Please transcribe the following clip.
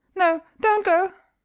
no don't go!